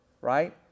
Right